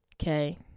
okay